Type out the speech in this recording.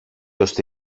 ώστε